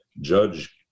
judge